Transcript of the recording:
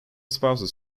spouses